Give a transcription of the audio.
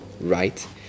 right